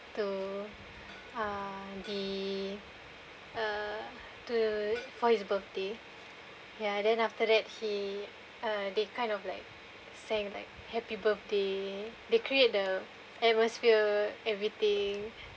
to uh the (uh)to for his birthday ya then after that he uh they kind of like saying like happy birthday they create the atmosphere everything